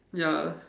ya